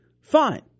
fine